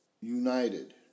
united